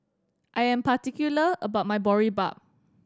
I am particular about my Boribap